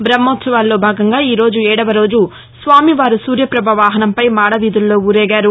బహ్మోత్సవాలలో భాగంగా ఈరోజు ఏడవ రోజు స్వామివారు సూర్యపభ వాహనంపై మాడవీధుల్లో ఊరేగారు